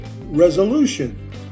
resolution